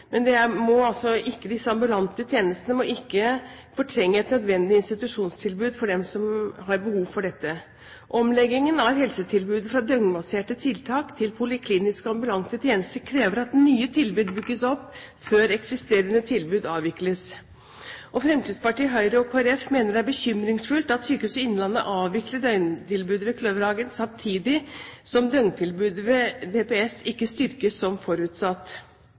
men disse ambulante tjenestene må ikke fortrenge et nødvendig institusjonstilbud for dem som har behov for dette. Omleggingen av helsetilbudet fra døgnbaserte tiltak til polikliniske og ambulante tjenester krever at nye tilbud bygges opp før eksisterende tilbud avvikles. Fremskrittspartiet, Høyre og Kristelig Folkeparti mener det er bekymringsfullt at Sykehuset Innlandet avvikler døgntilbudet med Kløverhagen samtidig som døgntilbudet ved DPS ikke styrkes som forutsatt.